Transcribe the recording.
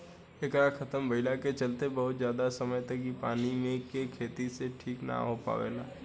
एकरा खतम भईला के चलते बहुत ज्यादा समय तक इ पानी मे के खेती ठीक से ना हो पावेला